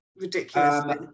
ridiculously